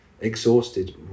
exhausted